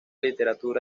literatura